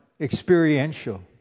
experiential